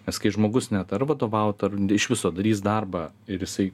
nes kai žmogus net ar vadovaut ar iš viso darys darbą ir jisai